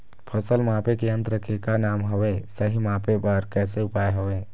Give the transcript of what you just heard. फसल मापे के यन्त्र के का नाम हवे, सही मापे बार कैसे उपाय हवे?